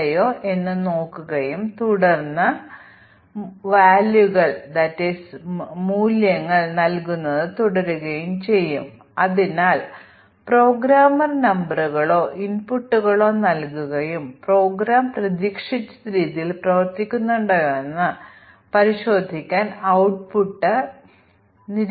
ഇത് മ്യൂട്ടന്റ് ആണെങ്കിലും അത് ഇക്വലന്റ് മ്യൂട്ടന്റ് ആണ് മ്യൂട്ടേറ്റ് ചെയ്ത രൂപത്തിലുള്ള പ്രോഗ്രാം യഥാർത്ഥ പ്രോഗ്രാമിന് തുല്യമാണ് കാരണം ശരിയായ പ്രോഗ്രാം ഒരു ബഗുകളും അവതരിപ്പിക്കുന്നില്ല അതിനാൽ ഇത് സിൻടാക്റ്റിക്കലി അല്പം വ്യത്യസ്തമാണെങ്കിലും അത് അങ്ങന ബഗ്ഗി അല്ല